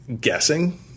guessing